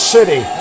City